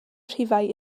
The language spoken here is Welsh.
rhifau